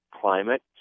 climate